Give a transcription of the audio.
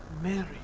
Mary